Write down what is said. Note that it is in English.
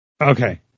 Okay